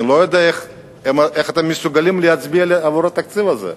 אני לא יודע איך אתם מסוגלים להצביע עבור התקציב הזה.